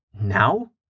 Now